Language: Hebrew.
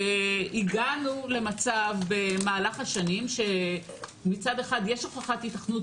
הגענו למצב במהלך השנים שמצד אחד יש הוכחת היתכנות